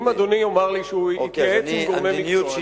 אם אדוני יאמר לי שהוא יתייעץ עם גורמי מקצוע,